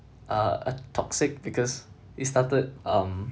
ah uh toxic because it started um